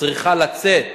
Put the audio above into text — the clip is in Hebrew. צריכה לצאת